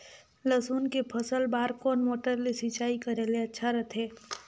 लसुन के फसल बार कोन मोटर ले सिंचाई करे ले अच्छा रथे?